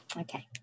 Okay